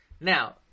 Now